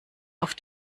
auf